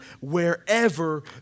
wherever